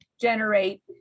generate